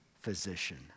physician